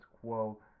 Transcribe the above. quo